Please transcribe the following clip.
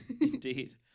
Indeed